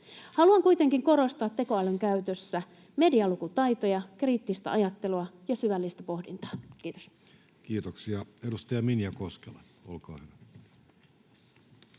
Haluan kuitenkin korostaa tekoälyn käytössä medialukutaitoja, kriittistä ajattelua ja syvällistä pohdintaa. — Kiitos. Kiitoksia. — Edustaja Minja Koskela, olkaa hyvä.